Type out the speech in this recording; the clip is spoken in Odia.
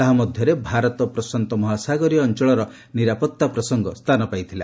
ତାହା ମଧ୍ୟରେ ଭାରତ ପ୍ରଶାନ୍ତ ମହାସାଗରୀୟ ଅଞ୍ଚଳର ନିରାପତ୍ତା ପ୍ରସଙ୍ଗ ସ୍ଥାନ ପାଇଥିଲା